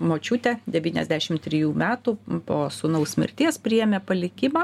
močiutė devyniasdešim trijų metų po sūnaus mirties priėmė palikimą